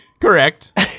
correct